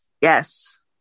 Yes